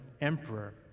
emperor